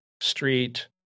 street